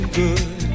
good